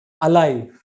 alive